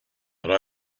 but